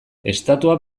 estatua